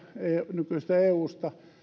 nykyisestä eusta